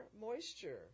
moisture